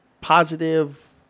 positive